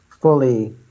fully